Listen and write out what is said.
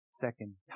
second